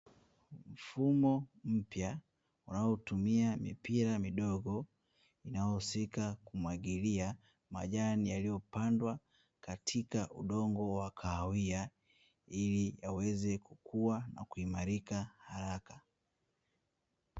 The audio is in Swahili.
Mfumo mpya unaotumia mipira midogo inayohusika kumwagilia majanii yaliyopandwa katika udongo wa kahawia, ili yaweze kukua na kuhimarika haraka.